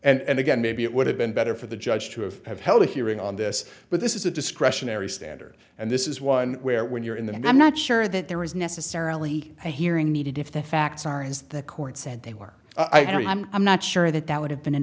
time and again maybe it would have been better for the judge to have have held a hearing on this but this is a discretionary standard and this is one where when you're in the end i'm not sure that there is necessarily a hearing needed if the facts are as the court said they were i don't i'm i'm not sure that that would have been an